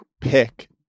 pick